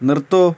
നിർത്തൂ